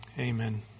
Amen